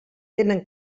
tenen